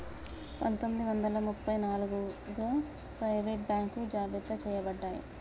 పందొమ్మిది వందల ముప్ప నాలుగగు ప్రైవేట్ బాంకులు జాబితా చెయ్యబడ్డాయి